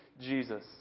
Jesus